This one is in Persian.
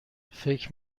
فکر